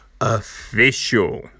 Official